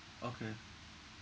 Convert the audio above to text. okay